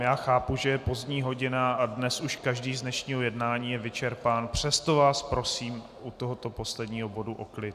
Já chápu, že je pozdní hodina a dnes už každý z dnešního jednání je vyčerpán, přesto vás prosím u tohoto posledního bodu o klid.